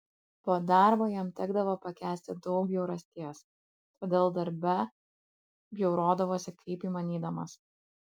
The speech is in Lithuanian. po darbo jam tekdavo pakęsti daug bjaurasties todėl darbe bjaurodavosi kaip įmanydamas